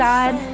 God